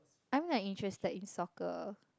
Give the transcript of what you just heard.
I'm like interested in soccer